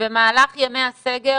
שבמהלך ימי הסגר,